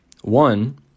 One